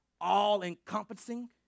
all-encompassing